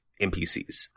npcs